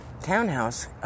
townhouse